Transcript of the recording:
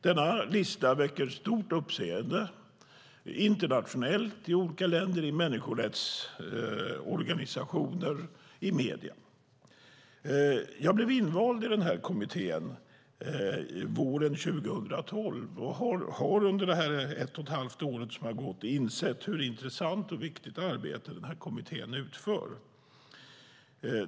Denna lista väcker stort uppseende internationellt, i människorättsorganisationer och i medierna. Jag blev invald i kommittén våren 2012 och har under det ett och ett halvt år som har gått insett hur intressant och viktigt arbete kommittén utför.